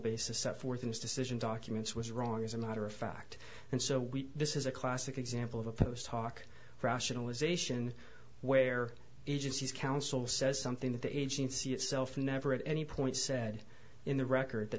this decision documents was wrong as a matter of fact and so we this is a classic example of a post hoc rationalization where agencies council says something that the agency itself never at any point said in the record th